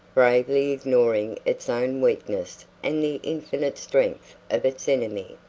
bravely ignoring its own weakness and the infinite strength of its enemy.